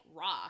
raw